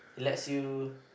let you